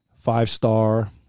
five-star